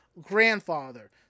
grandfather